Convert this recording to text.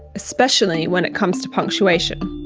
especially when it comes to punctuation.